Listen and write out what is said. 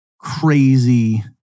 crazy